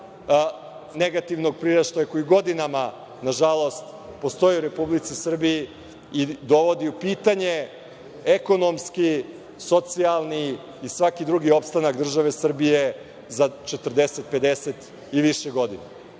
negativnog priraštaja koji godinama, nažalost, postoji u Republici Srbiji i dovodi u pitanje ekonomski, socijalni i svaki drugi opstanak države Srbije za 40-50 i više